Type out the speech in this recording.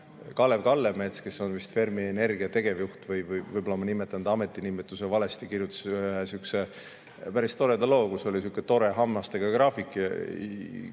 Kalev Kallemets, kes on vist Fermi Energia tegevjuht, võib-olla ma nimetan ta ametinimetuse valesti, kirjutas sihukese päris toreda loo, kus oli sihuke tore hammastega graafik